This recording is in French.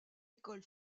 école